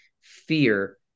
fear